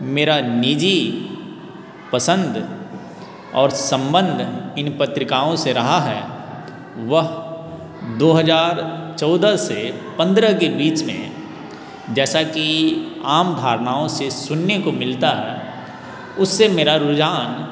मेरा निजी पसंद और सम्बंध इन पत्रिकाओं से रहा है वह दो हजार चौदह से पंद्रह के बीच में जैसा कि आम धारणाओं से सुनने को मिलता है उससे मेरा रुझान